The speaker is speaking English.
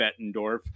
Bettendorf